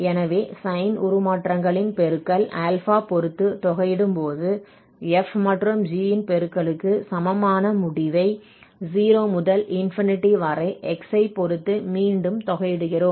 எனவே சைன் உருமாற்றங்களின் பெருக்கல் α பொறுத்து தொகையிடும்போது f மற்றும் g இன் பெருக்கலுக்குக் சமமான முடிவை 0 முதல் வரை x பொறுத்து மீண்டும் தொகையிடுகிறோம்